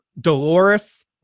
Dolores